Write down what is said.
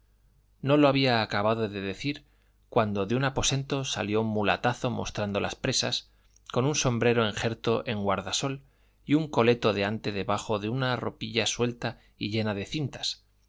no lo había acabado de decir cuando de un aposento salió un mulatazo mostrando las presas con un sombrero enjerto en guardasol y un coleto de ante debajo de una ropilla suelta y llena de cintas